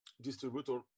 distributor